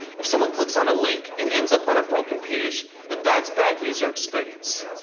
if someone clicks on a link and ends up on a broken page, then that's bad user experience.